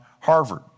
Harvard